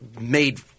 made